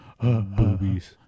boobies